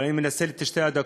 אבל אני מנצל את שתי הדקות,